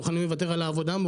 מוכנים לוותר על העבודה,